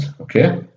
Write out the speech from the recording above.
Okay